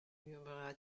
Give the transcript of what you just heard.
murmura